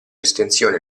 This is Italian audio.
estensione